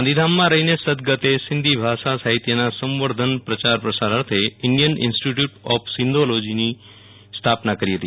ગાંધીધામમાં રહીને સદ્વતે સિંધી ભાષા સાહિત્ય ના સંવર્ધન પ્રયાર પસાર અર્થે ઇન્ડિયન ઇન્સ્ટીટયુટ ઓફ સિંધીલોજીની સ્થાપના કરી હતી